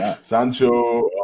Sancho